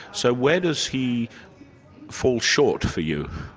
so where does he fall short for you,